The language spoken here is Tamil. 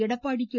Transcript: எடப்பாடி கே